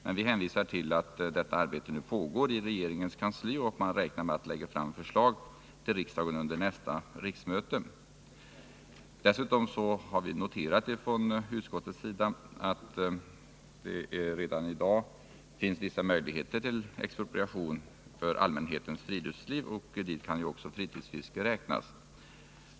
Men vi hänvisar till att detta arbete pågår i regeringens kansli och att man där räknar med att kunna lägga fram ett förslag till riksdagen under nästa riksmöte. Dessutom har vi i utskottet noterat att det redan i dag finns vissa möjligheter till expropriation av mark för allmänhetens friluftsliv, och hit kan ju också fritidsfisket räknas.